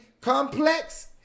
complex